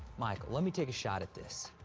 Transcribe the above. michael, let me take a shot at this.